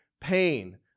pain